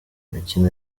imikino